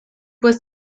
was